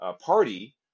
party